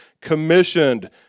commissioned